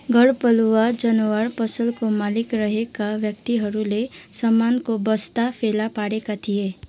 घरपालुवा जनावर पसलको मालिक रहेका व्यक्तिहरूले सामानको बस्ता फेला पारेका थिए